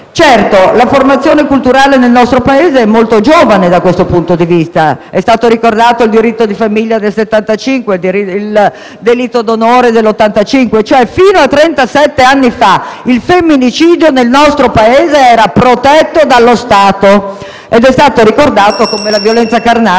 Certo, la formazione culturale nel nostro Paese è molto giovane da questo punto di vista: è stato ricordato il diritto di famiglia del 1975, il delitto d'onore del 1985. Fino a trentasette anni fa il femminicidio nel nostro Paese era protetto dallo Stato, ed è stato ricordato come la violenza sessuale